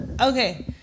Okay